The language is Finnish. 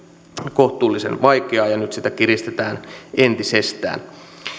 kohtuullisen vaikeaa ja nyt sitä kiristetään entisestään